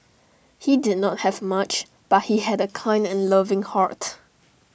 he did not have much but he had A kind and loving heart